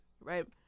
right